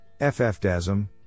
FFDASM